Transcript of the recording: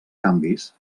canvis